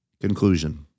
Conclusion